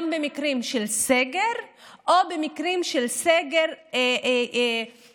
גם במקרים של סגר או במקרים של סגר מקומי,